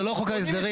זה לא חוק הסדרים,